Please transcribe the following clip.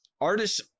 artists